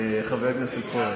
חבר הכנסת פורר.